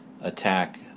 attack